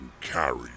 carry